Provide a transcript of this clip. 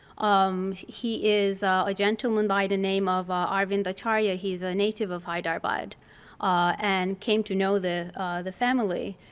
um he is a gentleman by the name of arvin vatraya. he's a native of hyderabad and came to know the the family.